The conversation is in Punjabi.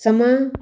ਸਮਾਂ